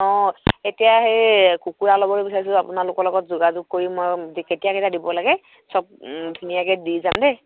অঁ এতিয়া সেই কুকুৰা ল'বলৈ বিচাৰিছোঁ আপোনালোকৰ লগত যোগাযোগ কৰি মই কেতিয়া কেতিয়া দিব লাগে চব ধুনীয়াকৈ দি যাম দেই